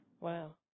Wow